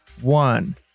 one